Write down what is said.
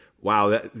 Wow